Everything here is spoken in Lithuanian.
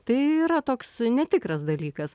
tai yra toks netikras dalykas